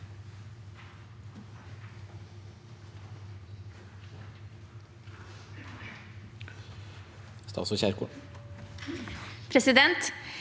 Presidenten